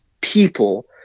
people